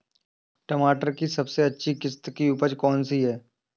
टमाटर की सबसे अच्छी किश्त की उपज कौन सी है?